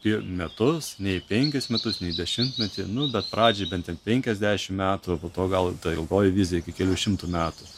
į metus ne į penkis metus ne į dešimtmetį nu bet pradžiai bent penkiasdešimt metų o po to gal ta ilgoji vizija iki kelių šimtų metų